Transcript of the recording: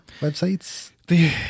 websites